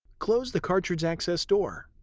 close the cartridge access door.